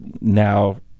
now